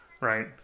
right